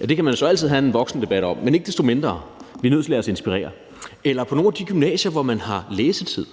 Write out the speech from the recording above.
Ja, det kan man jo så altid have en voksendebat om, men ikke desto mindre er vi nødt til at lade os inspirere. Det kan være på nogle af de gymnasier, hvor man har læsetid,